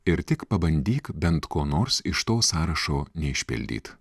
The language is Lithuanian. ir tik pabandyk bent kuo nors iš to sąrašo neišpildyt